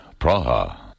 Praha